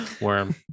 worm